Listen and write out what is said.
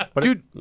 Dude